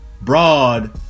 broad